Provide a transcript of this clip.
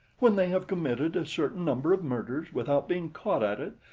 when they have committed a certain number of murders without being caught at it,